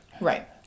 right